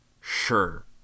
Sure